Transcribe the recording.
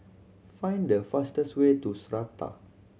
find the fastest way to Strata